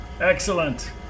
Excellent